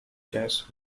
chess